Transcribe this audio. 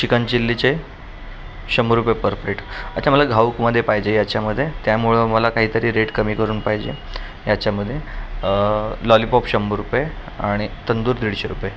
chicken चिल्लीचे शंभर रुपये पर प्लेट अच्छा मला घाऊकमध्ये पाहिजे याच्यामध्ये त्यामुळं मला काहीतरी रेट कमी करून पाहिजे याच्यामध्ये लॉलिपॉप शंभर रुपये आणि तंदूर दीडशे रुपये